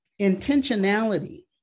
Intentionality